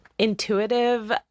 Intuitive